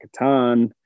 Catan